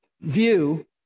view